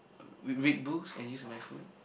with Red Bulls and use my phone